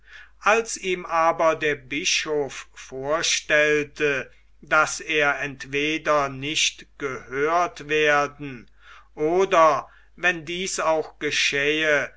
als ihm aber der bischof vorstellte daß er entweder nicht gehört werden oder wenn dies auch geschähe